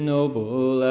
Noble